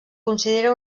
considera